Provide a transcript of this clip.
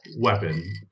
weapon